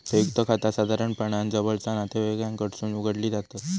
संयुक्त खाता साधारणपणान जवळचा नातेवाईकांकडसून उघडली जातत